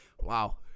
Wow